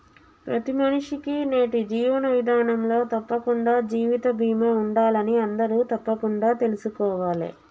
ప్రతి మనిషికీ నేటి జీవన విధానంలో తప్పకుండా జీవిత బీమా ఉండాలని అందరూ తప్పకుండా తెల్సుకోవాలే